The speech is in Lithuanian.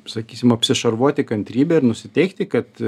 sakysim apsišarvuoti kantrybe ir nusiteikti kad